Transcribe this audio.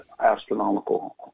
astronomical